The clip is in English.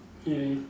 ya